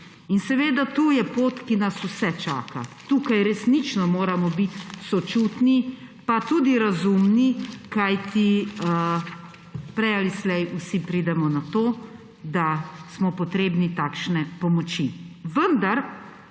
In seveda tu je pot, ki nas vse čaka. Tukaj resnično moramo biti sočutni pa tudi razumni, kajti prej ali slej vsi pridemo na to, da smo potrebni takšne pomoči. Vendar